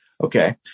okay